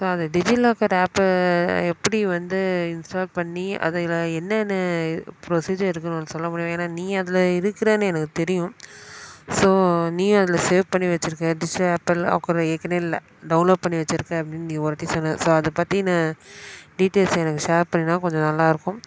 so அது DigiLocker ஆப்பை எப்படி வந்து இன்ஸ்டால் பண்ணி அதில் என்னென்ன ப்ரொசிஜர் இருக்குதுனு உன்னால் சொல்லமுடியும் ஏனால் நீ அதில் இருக்கிறேன்னு எனக்கு தெரியும் ஸோ நீயும் அதில் சேவ் பண்ணி வச்சுருக்கிற டிஜிட்டல் ஆப்பில் லாக்கரை ஏற்கனவே இல்லை டவுன்லோட் பண்ணி வச்சுயிருக்க அப்படின்னு நீ ஒருவாட்டி சொன்ன ஸோ அதைப் பற்றின டீட்டெயில்ஸ் எனக்கு ஷேர் பண்ணினால் கொஞ்சம் நல்லாயிருக்கும்